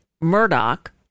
Murdoch